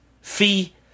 fee